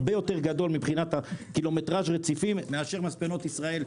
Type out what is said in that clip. הרבה יותר גדול מבחינת קילומטראז' רציפים מאשר מספנות ישראל.